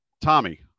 Tommy